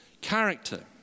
Character